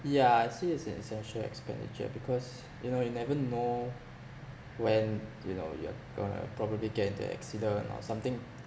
yeah I see it's an essential expenditure because you know you never know when you know you are going to probably get into accident or something